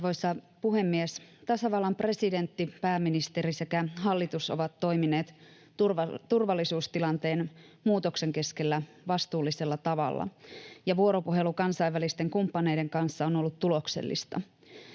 Arvoisa puhemies! Tasavallan presidentti, pääministeri sekä hallitus ovat toimineet turvallisuustilanteen muutoksen keskellä vastuullisella tavalla, ja vuoropuhelu kansainvälisten kumppaneiden kanssa on ollut tuloksellista.